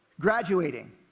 Graduating